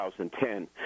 2010